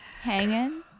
Hanging